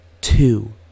two